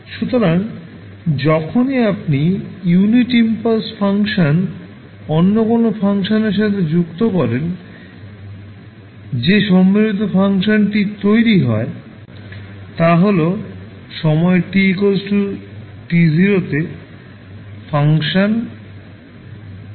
সুতরাং যখনই আপনি ইউনিট ইম্পালস ফাংশনটিকে অন্য কোনও ফাংশনের সাথে যুক্ত করেন যে সম্মিলিত ফাংশনটি তৈরি হয় তা হল সময় t t0 এ ফাংশন এর মান